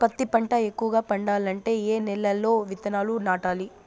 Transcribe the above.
పత్తి పంట ఎక్కువగా పండాలంటే ఏ నెల లో విత్తనాలు నాటాలి?